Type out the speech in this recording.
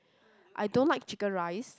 I don't like chicken-rice